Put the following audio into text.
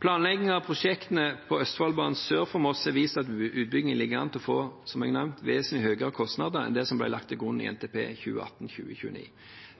Planlegging av prosjektene på Østfoldbanen sør for Moss har vist at utbyggingen ligger an til å få, som jeg har nevnt, vesentlig høyere kostnader enn det som ble lagt til grunn i NTP for 2018–2029.